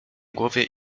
głowie